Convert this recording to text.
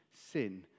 Sin